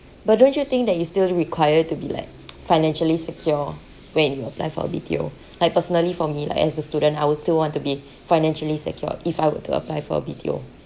but don't you think that you're still required to be like financially secure when you apply for a B_T_O like personally for me like as a student I will still want to be financially secured if I were to apply for B_T_O